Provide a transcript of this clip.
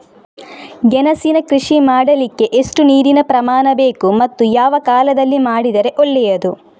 ಗೆಣಸಿನ ಕೃಷಿ ಮಾಡಲಿಕ್ಕೆ ಎಷ್ಟು ನೀರಿನ ಪ್ರಮಾಣ ಬೇಕು ಮತ್ತು ಯಾವ ಕಾಲದಲ್ಲಿ ಮಾಡಿದರೆ ಒಳ್ಳೆಯದು?